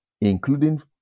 including